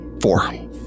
four